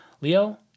Leo